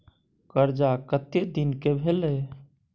कर्जा कत्ते दिन के भेलै?